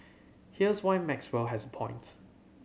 here's why Maxwell has a point